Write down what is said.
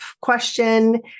question